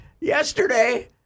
yesterday